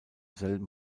selben